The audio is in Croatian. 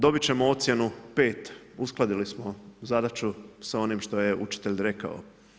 Dobit ćemo ocjenu 5, uskladili smo zadaću sa onim što je učitelj rekao.